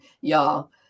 y'all